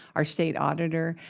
our state auditor,